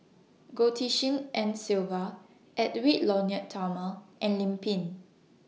Goh Tshin En Sylvia Edwy Lyonet Talma and Lim Pin